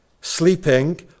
sleeping